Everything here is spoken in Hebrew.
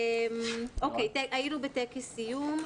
היינו בטקס סיום.